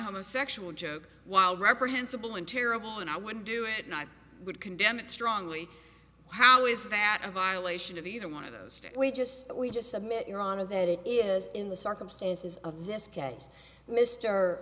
homosexuals joke while reprehensible in terrible and i wouldn't do it and i would condemn it strongly how is that a violation of either one of those we just we just submit your honor that it is in the circumstances